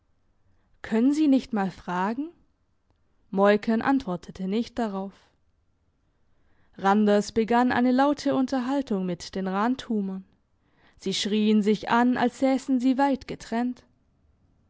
können sie nicht mal fragen moiken antwortete nicht darauf randers begann eine laute unterhaltung mit den rantumern sie schrieen sich an als sässen sie weit getrennt